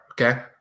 okay